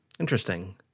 Interesting